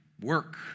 work